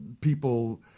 people